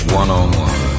one-on-one